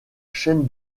chaîne